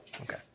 Okay